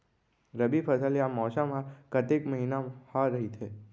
रबि फसल या मौसम हा कतेक महिना हा रहिथे?